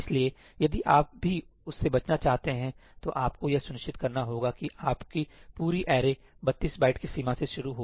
इसलिए यदि आप भी उससे बचना चाहते हैं तो आपको यह सुनिश्चित करना होगा कि आपकी पूरी अरे 32 बाइट की सीमा से शुरू हो